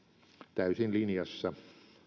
täysin linjassa